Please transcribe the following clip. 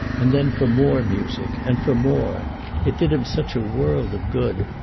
and then for more music and for more it did him such a world of good,